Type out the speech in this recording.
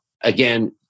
again